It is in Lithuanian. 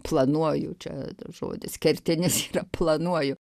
planuoju čia žodis kertinis yra planuoju